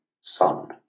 Son